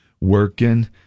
Working